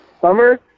summer